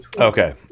Okay